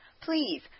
Please